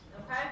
okay